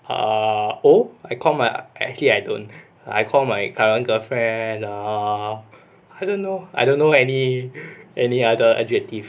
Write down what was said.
err old I call my actually I don't I call my current girlfriend err I don't know I don't know any any other adjective